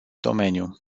domeniu